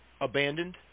abandoned